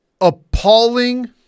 appalling